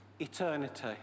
Eternity